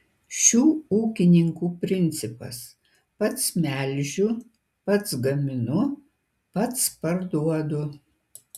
šių ūkininkų principas pats melžiu pats gaminu pats parduodu